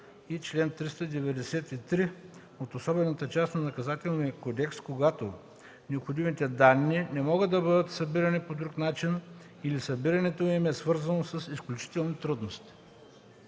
и чл. 393 от особената част на Наказателния кодекс, когато необходимите данни не могат да бъдат събрани по друг начин или събирането им е свързано с изключителни трудности.”